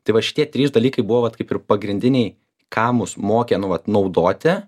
tai va šitie trys dalykai buvo vat kaip ir pagrindiniai ką mus mokė nu vat naudoti